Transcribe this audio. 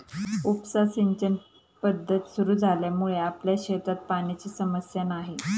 उपसा सिंचन पद्धत सुरु झाल्यामुळे आपल्या शेतात पाण्याची समस्या नाही